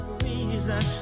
reason